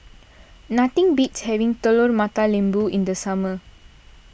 nothing beats having Telur Mata Lembu in the summer